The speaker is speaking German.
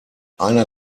einer